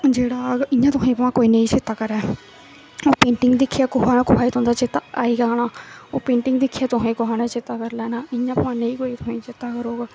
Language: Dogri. जेह्ड़ा आह्ग इ'यां भाएं तुसेंगी कोई नेईं चेता करै ओह् पेंटिंग दिक्खियै कोहा ने कोहा गी तुं'दा चेता आई जाना ओह् पेंटिंग दिक्खियै तुसेंगी कोहा ने चेता करी लैना इ'यां भाएं कोई नेईं चेता करोग